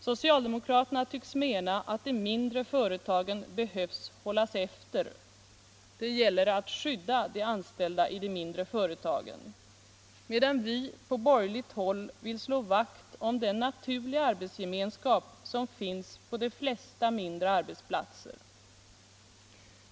Socialdemokraterna tycks mena att de mindre företagen behöver hållas efter — det gäller att ”skydda” de anställda i de mindre företagen — medan vi på borgerligt håll vill slå vakt om den naturliga arbetsgemenskap som finns på de Nesta mindre arbetsplatser.